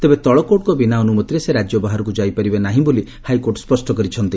ତେବେ ତଳକୋର୍ଟଙ୍କ ବିନା ଅନୁମତିରେ ସେ ରାଜ୍ୟ ବାହାରକୁ ଯାଇପାରିବେ ନାହିଁ ବୋଲି ହାଇକୋର୍ଟ ସ୍କଷ୍ଟ କରିଛନ୍ତି